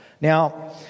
Now